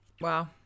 Wow